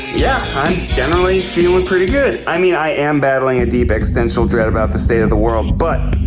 yeah, i'm generally feeling pretty good. i mean i am battling a deep extistential dread about the state of the world but